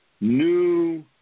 new